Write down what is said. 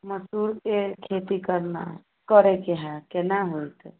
मसूरके खेती करना है करैके हए केना होएत